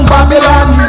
Babylon